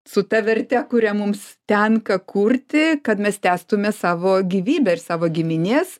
su ta verte kurią mums tenka kurti kad mes tęstume savo gyvybę ir savo giminės